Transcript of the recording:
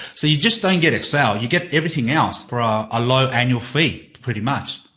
so, you just don't get excel, you get everything else for ah a low annual fee, pretty much.